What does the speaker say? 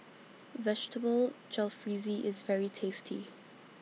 Vegetable Jalfrezi IS very tasty